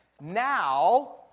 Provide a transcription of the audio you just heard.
Now